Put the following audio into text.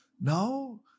Now